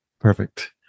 perfect